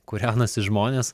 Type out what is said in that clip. kūrenasi žmonės